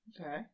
okay